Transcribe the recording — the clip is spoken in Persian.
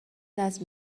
دست